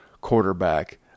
quarterback